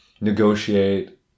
negotiate